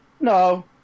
No